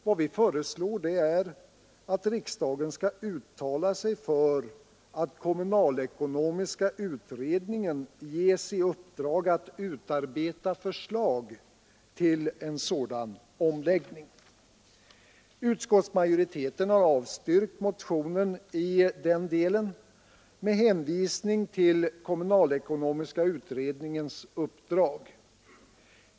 Vad vi föreslår är att riksdagen skall uttala sig för att kommunalekonomiska utredningen ges i uppdrag att utarbeta förslag till en sådan omläggning. Utskottsmajoriteten har avstyrkt motionen i den delen med hänvisning till kommunalekonomiska utredningens uppdrag.